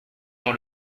dans